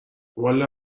والا